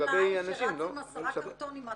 אבל לגבי חקלאי שרץ עם עשרה קרטונים.